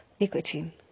nicotine